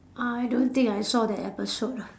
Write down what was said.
I don't think I saw that episode ah